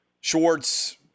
Schwartz